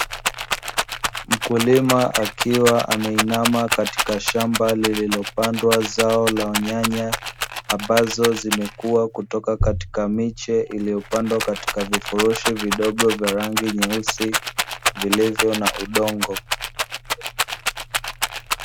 Mkulima akiwa ameinama katika shamba, lililopandwa zao la nyanya, ambazo zimekua kutoka katika miche iliyopandwa katika vifurushi vidogo vya rangi nyeusi vilivyo na udongo.